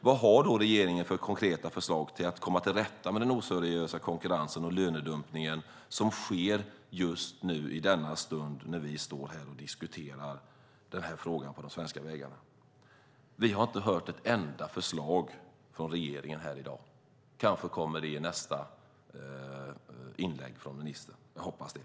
Vad har då regeringen för konkreta förslag för att komma till rätta med den oseriösa konkurrensen och lönedumpningen som sker på de svenska vägarna just precis nu när vi står här och diskuterar denna fråga? Vi har inte hört ett enda förslag från regeringen här i dag. Kanske kommer det i nästa inlägg från ministern. Jag hoppas det.